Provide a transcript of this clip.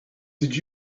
did